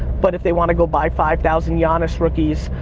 but if they want to go buy five thousand yeah ah giannis rookies,